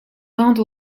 rende